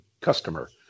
customer